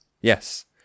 Yes